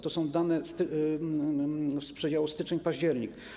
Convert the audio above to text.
To są dane z przedziału styczeń-październik.